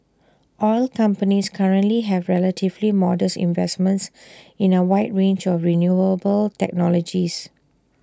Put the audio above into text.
oil companies currently have relatively modest investments in A wide range of renewable technologies